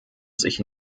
sich